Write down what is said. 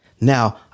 Now